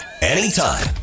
anytime